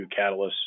catalysts